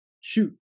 shoot